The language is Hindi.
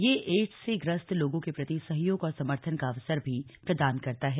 यह एड्स से ग्रस्त लोगों के प्रति सहयोग और समर्थन का अवसर भी प्रदान करता है